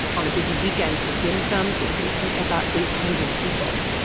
on a busy weekend for dim sum, it can seat about eight hundred people.